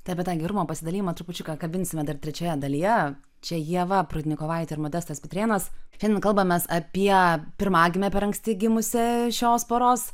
tai apie tą gerumo pasidalijimą trupučiuką kabinsime dar trečioje dalyje čia ieva prudnikovaitė ir modestas pitrėnas šiandien kalbamės apie pirmagimę per anksti gimusią šios poros